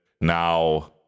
Now